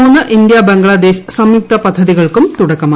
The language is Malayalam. മൂന്ന്ഇന്ത്യാ ബംഗ്ലാദേശ് സംയുക്ത പദ്ധതികൾക്കും തുടക്കമായി